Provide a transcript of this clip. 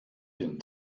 den